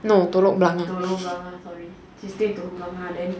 no telok blangah telok blangah sorry she stay in telok blangah then